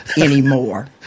anymore